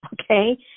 okay